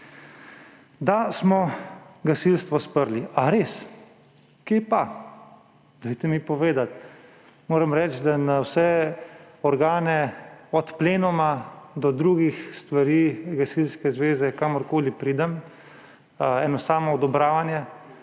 Da smo gasilstvo sprli. A res? Kje pa? Dajte mi povedati. Moram reči, da je na vseh organih od plenuma do drugih stvari, gasilske zveze, kamorkoli pridem, eno samo odobravanje,